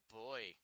boy